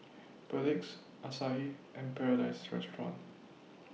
Perdix Asahi and Paradise Restaurant